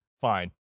Fine